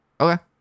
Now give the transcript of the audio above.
Okay